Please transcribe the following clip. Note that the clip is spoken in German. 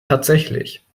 tatsächlich